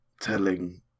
telling